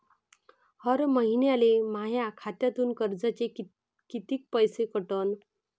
हर महिन्याले माह्या खात्यातून कर्जाचे कितीक पैसे कटन?